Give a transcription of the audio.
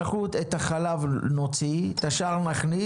את החלב נוציא, את השאר נכניס.